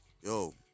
Yo